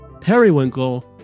periwinkle